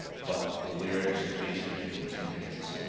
but the lyrics are based on human experience,